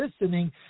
listening